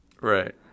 Right